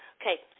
Okay